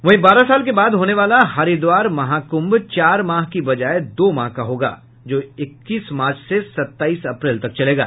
वहीं बारह साल के बाद होने वाला हरिद्वार महाकुंभ चार माह के बजाय दो माह का होगा जो इक्कीस मार्च से सत्ताईस अप्रैल तक चलेगा